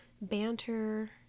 banter